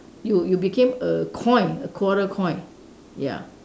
you you became a coin a quarter coin ya